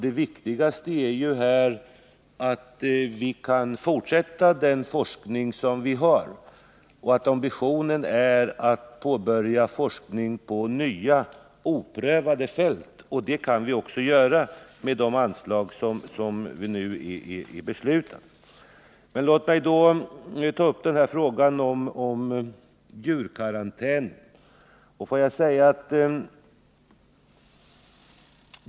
Det viktigaste är ju att vi kan fortsätta den forskning som vi har och att ambitionen är att påbörja forskning på nya oprövade fält. Det kan vi också göra med de anslag som föreslås i propositionen. Låt mig sedan ta upp frågan om djurkarantäner.